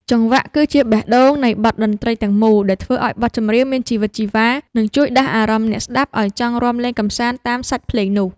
ចង្វាក់គឺជាបេះដូងនៃបទតន្ត្រីទាំងមូលដែលធ្វើឱ្យបទចម្រៀងមានជីវិតជីវ៉ា និងជួយដាស់អារម្មណ៍អ្នកស្ដាប់ឱ្យចង់រាំលេងកម្សាន្តតាមសាច់ភ្លេងនោះ។